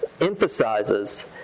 Emphasizes